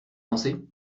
danser